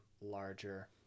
larger